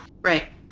Right